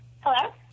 Hello